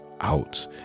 out